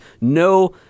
no